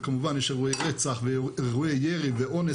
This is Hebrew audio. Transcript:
וכמובן יש אירועי רצח ואירועי ירי ואונס